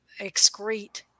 excrete